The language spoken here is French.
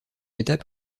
étape